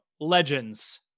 Legends